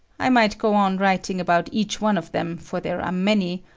i might go on writing about each one of them, for there are many,